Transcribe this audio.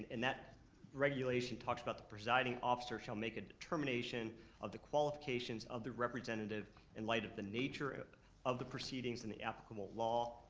and that regulation talks about the presiding officer shall make a determination of the qualifications of the representative in light of the nature of the proceedings and the applicable law,